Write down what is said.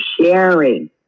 sharing